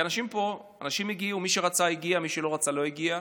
כי אנשים, מי שרצה הגיע, מי שלא רצה לא הגיע.